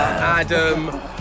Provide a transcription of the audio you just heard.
Adam